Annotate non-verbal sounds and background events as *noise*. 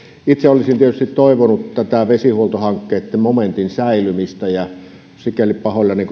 itse olisin tietysti toivonut vesihuoltohankkeitten momentin säilymistä ja olen sikäli pahoillani *unintelligible*